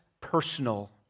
personal